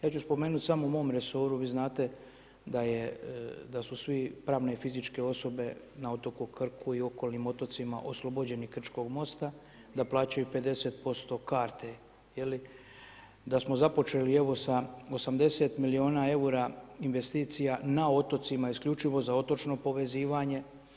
Ja ću spomenuti samo u mom resoru, vi znate da su sve pravne i fizičke osobe na otoku Krku i okolnim otocima oslobođeni Krčkog mosta, da plaćaju 50% karte je li, da smo započeli sa 80 milijuna eura investicija na otocima isključivo za otočno povezivanje.